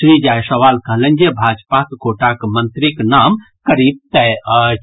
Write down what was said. श्री जायसवाल कहलनि जे भाजपाक कोटाक मंत्रीक नाम करीब तय अछि